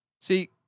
see